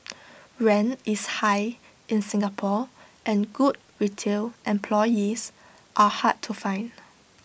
rent is high in Singapore and good retail employees are hard to find